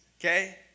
okay